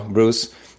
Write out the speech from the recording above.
Bruce-